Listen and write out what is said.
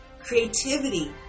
creativity